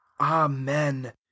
amen